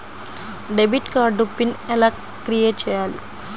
Debit card pin ఎలా create చెయ్యాలి?